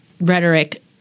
rhetoric